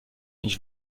ich